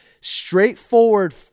straightforward